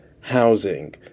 housing